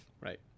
Right